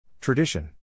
Tradition